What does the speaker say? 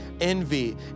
envy